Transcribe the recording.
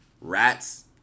rats